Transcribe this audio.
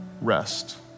rest